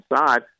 inside